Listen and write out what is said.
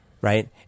right